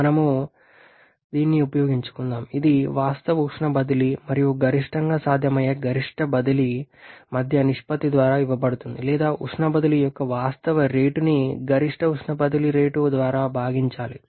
మనం ε ని ఉపయోగించుకుందాం ఇది వాస్తవ ఉష్ణ బదిలీ మరియు గరిష్టంగా సాధ్యమయ్యే గరిష్ట బదిలీ మధ్య నిష్పత్తి ద్వారా ఇవ్వబడుతుంది లేదా ఉష్ణ బదిలీ యొక్క వాస్తవ రేటుని గరిష్ట ఉష్ణ బదిలీ రేటు ద్వారా భాగించాలి